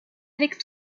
avec